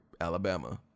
Alabama